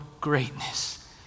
greatness